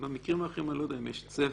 במקרים האחרים אני לא יודע אם יש צוות.